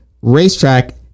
racetrack